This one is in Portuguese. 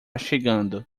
chegando